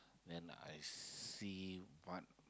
then I see what